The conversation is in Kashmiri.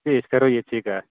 تہٕ أسۍ کَرو ییٚتھٕے کَتھ